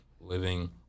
living